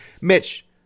Mitch